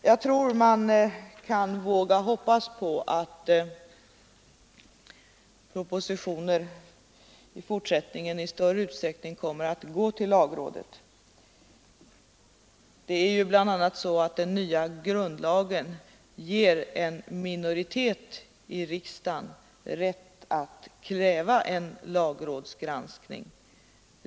Jag tror att man kan våga hoppas på att propositioner i fortsättningen i större utsträckning kommer att gå till lagrådet. Bl. a. ger ju den nya grundlagen en minoritet i riksdagen rätt att kräva en lagrådsgranskning.